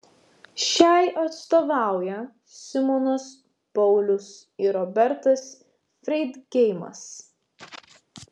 šiai atstovauja simonas paulius ir robertas freidgeimas